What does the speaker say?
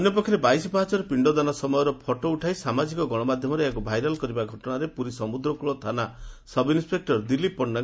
ଅନ୍ୟ ପକ୍ଷରେ ବାଇଶି ପାହାଚରେ ପିଶ୍ଡଦାନ ସମୟର ଫଟୋ ଉଠାଇ ସାମାଜିକ ଗଶମାଧ୍ଧମରେ ଏହାକୁ ଭାଇରାଲ୍ କରିବା ଘଟଣାରେ ପୁରୀ ସମୁଦ୍ରକୁଳ ଥାନା ସବ୍ଇନ୍ୱପେକୁର ଦିଲ୍ଲୀପ ପ କରିଛନ୍ତି